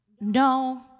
No